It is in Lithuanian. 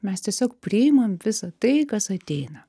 mes tiesiog priimam visa tai kas ateina